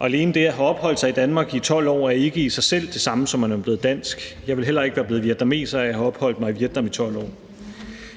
Alene det at have opholdt sig i Danmark i 12 år er ikke i sig selv det samme, som at man er blevet dansk. Jeg ville heller ikke være blevet vietnameser af at have opholdt mig i Vietnam i 12 år.